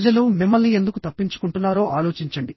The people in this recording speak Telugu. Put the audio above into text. ప్రజలు మిమ్మల్ని ఎందుకు తప్పించుకుంటున్నారో ఆలోచించండి